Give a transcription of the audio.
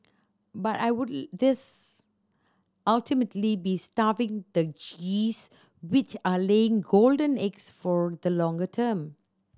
but I would this ultimately be starving the geese which are laying golden eggs for the longer term